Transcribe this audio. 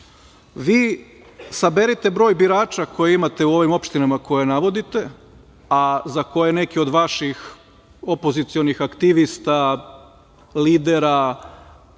Vi saberite broj birača koje imate u ovim opštinama koje navodite, a za koje neki od vaših opozicionih aktivista, lidera,